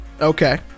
okay